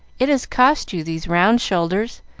it has cost you these round shoulders,